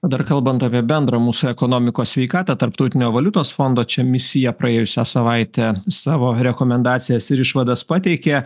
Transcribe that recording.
dar kalbant apie bendrą mūsų ekonomikos sveikatą tarptautinio valiutos fondo čia misija praėjusią savaitę savo rekomendacijas ir išvadas pateikė